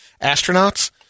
Astronauts